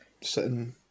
sitting